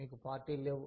మీకు పార్టీలు లేవు